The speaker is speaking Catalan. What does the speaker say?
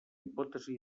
hipòtesi